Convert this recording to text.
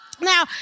Now